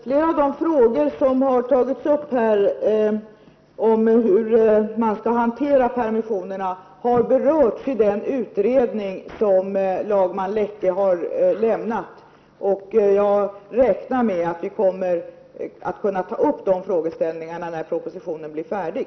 Flera av de frågor som tagits upp här om hur permissionerna skall hanteras har berörts i den utredning som lagman Leche har lämnat. Jag räknar med att vi kommer att kunna behandla dem i riksdagen när propositionen blir färdig.